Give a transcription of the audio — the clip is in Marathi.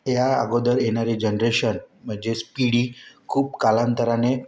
ह्या अगोदर येणारी जेनरेशन म्हणजेच पिढी खूप कालांतराने